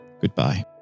goodbye